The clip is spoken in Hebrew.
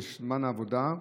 בזמן העבודה,